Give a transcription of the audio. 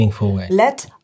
let